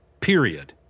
period